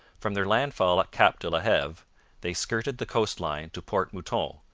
from their landfall at cap de la heve they skirted the coast-line to port mouton,